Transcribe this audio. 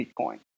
Bitcoin